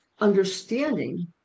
understanding